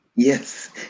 Yes